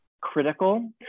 critical